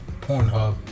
Pornhub